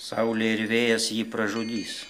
saulė ir vėjas jį pražudys